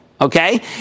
Okay